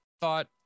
thought